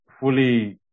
fully